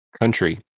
Country